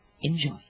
Enjoy